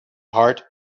heart